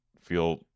feel